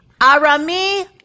Arami